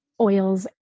oils